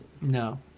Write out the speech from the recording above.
No